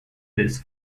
this